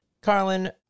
Carlin